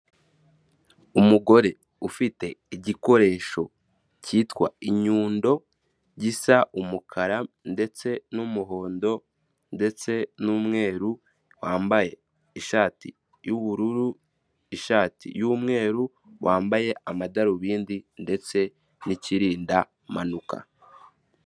Umugore ufite igikoresho cyitwa inyundo, gisa umukara ndetse n'umuhondo ndetse n'umweru, wambaye ishati y'ubururu, ishati y'umweru, wambaye amadarubindi ndetse n'ikirinda impanuka.